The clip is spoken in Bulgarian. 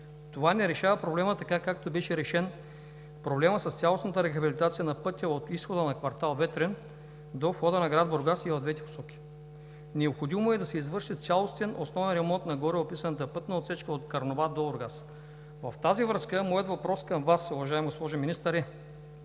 това не решава проблема, както беше решен проблемът с цялостната рехабилитация на пътя от изхода на квартал „Ветрен“ до входа на град Бургас и в двете посоки. Необходимо е да се извърши цялостен основен ремонт на гореописаната пътна отсечка от град Карнобат до град Бургас. Във връзка с това моят въпрос към Вас, уважаема госпожо Министър,